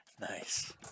nice